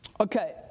Okay